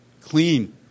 Clean